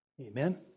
Amen